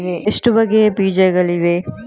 ಎಷ್ಟು ಬಗೆಯ ಬೀಜಗಳಿವೆ?